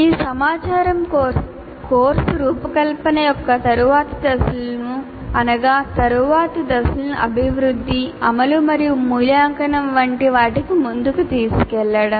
ఈ సమాచారం కోర్సు రూపకల్పన యొక్క తరువాతి దశలకు అనగా తరువాతి దశలకు అభివృద్ధి అమలు మరియు మూల్యాంకనం వంటి వాటికి ముందుకు తీసుకెళ్లడం